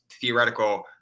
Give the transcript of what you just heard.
theoretical